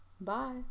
Bye